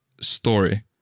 story